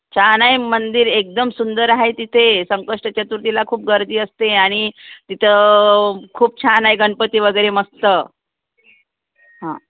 छान आहे मंदिर एकदम सुंदर आहे तिथे संकष्टी चतुर्थीला खूप गर्दी असते आणि तिथं खूप छान आहे गणपती वगैरे मस्त हां